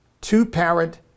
two-parent